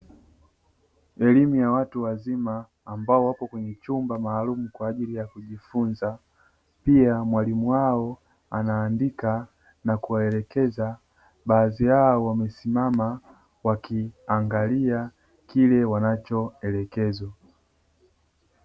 Elimu ya watu wazima ambao wapo kwenye chumba maalumu kwajili ya kujifunza pia mwalimu wao anaandika na kuwaelekeza baadhi yao wamesimama wakiangalia kile wanacho elekezwa.